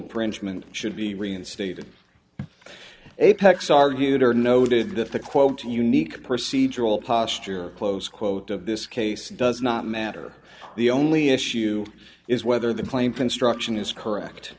infringement should be reinstated apex argued or noted that the quote unique procedural posture close quote of this case does not matter the only issue is whether the claim construction is correct